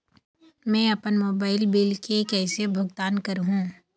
मैं अपन mobile bill के कैसे भुगतान कर हूं?